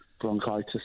Bronchitis